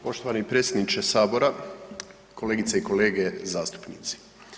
Poštovani predsjedniče Sabora, kolegice i kolege zastupnici.